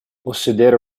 possedere